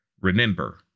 remember